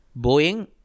Boeing